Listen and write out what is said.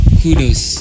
kudos